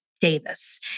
Davis